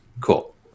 cool